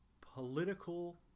Political